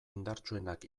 indartsuenak